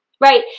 Right